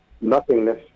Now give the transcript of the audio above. nothingness